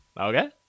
Okay